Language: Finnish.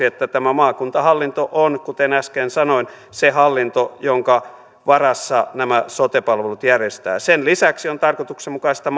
että tämä maakuntahallinto on kuten äsken sanoin se hallinto jonka varassa nämä sote palvelut järjestetään sen lisäksi on tarkoituksenmukaista